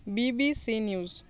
BBC news